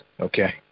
Okay